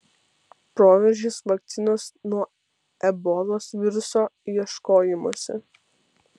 proveržis vakcinos nuo ebolos viruso ieškojimuose